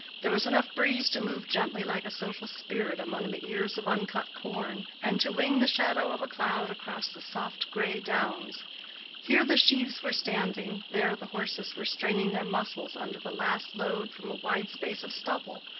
there was enough breeze to move gently like a social spirit among the ears of uncut corn, and to wing the shadow of a cloud across the soft gray downs here the sheaves were standing, there the horses were straining their muscles under the last load from a wide space of stubble,